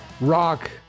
rock